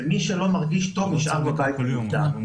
ומי שלא מרגיש טוב נשאר בבית ונבדק.